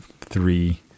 three